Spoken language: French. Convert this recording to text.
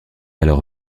alors